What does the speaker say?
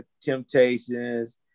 Temptations